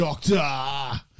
Doctor